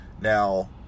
now